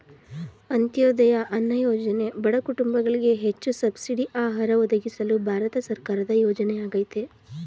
ಅಂತ್ಯೋದಯ ಅನ್ನ ಯೋಜನೆ ಬಡ ಕುಟುಂಬಗಳಿಗೆ ಹೆಚ್ಚು ಸಬ್ಸಿಡಿ ಆಹಾರ ಒದಗಿಸಲು ಭಾರತ ಸರ್ಕಾರದ ಯೋಜನೆಯಾಗಯ್ತೆ